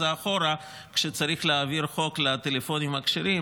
אחורה כשצריך להעביר חוק לטלפונים הכשרים,